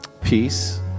peace